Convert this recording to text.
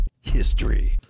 history